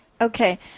Okay